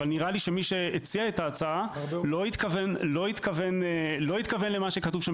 אבל נראה לי שמי שהציע את ההצעה לא התכוון בדיוק למה שכתוב שם